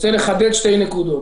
שתי נקודות.